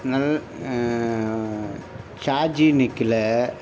சார்ஜி நிக்கல